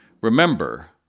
Remember